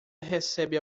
recebe